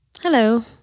Hello